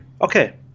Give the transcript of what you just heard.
okay